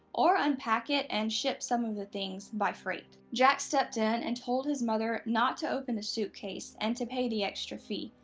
or unpack it and ship some of the things by freight. jack stepped in and told his mother not to open the suitcase and to pay the extra fee,